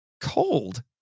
cold